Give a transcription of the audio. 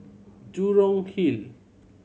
Jurong Hill